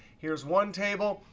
here's one table.